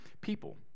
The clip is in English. people